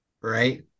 right